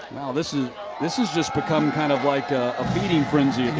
now this is this is just become kind of like a feeding frenzy